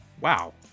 wow